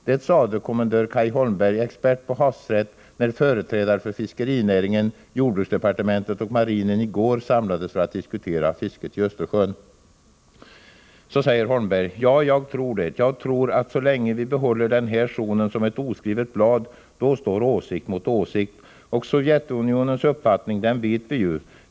Det sade kommendör Cay Holmberg, expert på havsrätt, när företrädare för fiskerinäringen, jordbruksdepartementet och marinen i går samlades för att diskutera fisket i Östersjön. Cay Holmberg: Ja, jag tror det. Jag tror att så länge vi behåller den här zonen som ett oskrivet blad, då står åsikt mot åsikt. Och Sovjetunionens uppfattning, den vet vi ju.